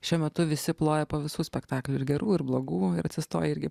šiuo metu visi ploja po visų spektaklių ir gerų ir blogų ir atsistoję irgi